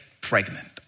pregnant